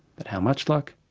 but how much luck?